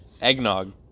Eggnog